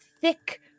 thick